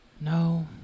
No